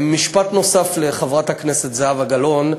משפט נוסף, לחברת הכנסת זהבה גלאון,